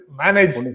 manage